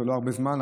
זה לא הרבה זמן,